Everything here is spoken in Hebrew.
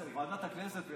שוועדת הכנסת תחליט.